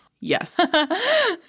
Yes